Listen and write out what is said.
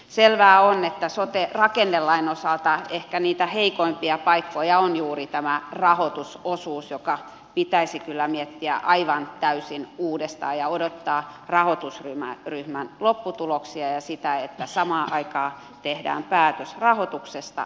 selvää on että sote rakennelain osalta ehkä niitä heikoimpia paikkoja on juuri tämä rahoitusosuus joka pitäisi kyllä miettiä aivan täysin uudestaan ja odottaa rahoitusryhmän lopputuloksia ja sitä että samaan aikaan tehdään päätös rahoituksesta ja rakenteista